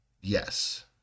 Yes